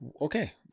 Okay